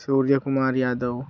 Suryakumar Yadav